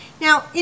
Now